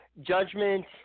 Judgment